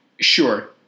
Sure